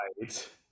Right